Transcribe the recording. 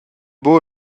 buca